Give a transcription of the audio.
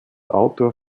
autor